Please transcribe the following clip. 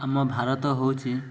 ଆମ ଭାରତ ହେଉଛି